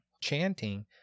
Chanting